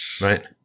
right